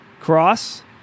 Cross